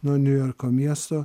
nuo niujorko miesto